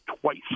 twice